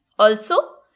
also,